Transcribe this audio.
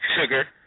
sugar